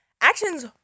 actions